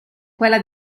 quella